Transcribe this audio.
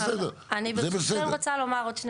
אני רוצה לומר עוד שני דברים.